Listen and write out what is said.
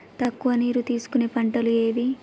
తక్కువ నీరు తీసుకునే పంటలు ఏవి?